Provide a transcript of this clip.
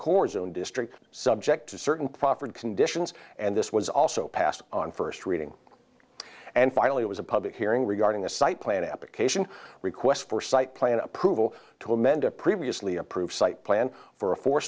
core zone district subject to certain proffered conditions and this was also passed on first reading and finally it was a public hearing regarding the site plan application requests for site plan approval to amend a previously approved site plan for a fo